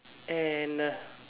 and